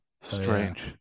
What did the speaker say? Strange